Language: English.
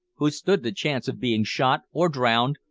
who stood the chance of being shot, or drowned,